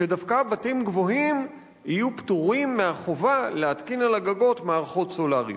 שדווקא בתים גבוהים יהיו פטורים מהחובה להתקין על הגגות מערכות סולריות.